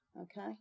Okay